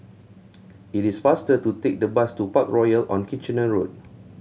it is faster to take the bus to Parkroyal on Kitchener Road